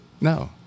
No